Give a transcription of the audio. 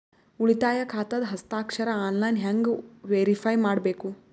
ಉಳಿತಾಯ ಖಾತಾದ ಹಸ್ತಾಕ್ಷರ ಆನ್ಲೈನ್ ಹೆಂಗ್ ವೇರಿಫೈ ಮಾಡಬೇಕು?